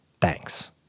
Thanks